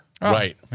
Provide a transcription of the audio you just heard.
Right